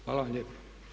Hvala vam lijepa.